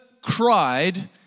cried